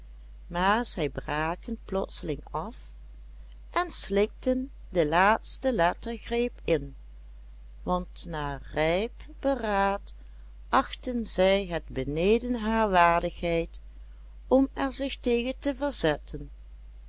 maar zij braken plotseling af en slikten de laatste lettergreep in want na rijp beraad achtten zij het beneden haar waardigheid om er zich tegen te verzetten